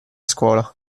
scuola